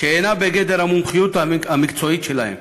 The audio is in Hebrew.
שאינה בגדר המומחיות המקצועית שלהם